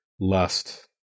lust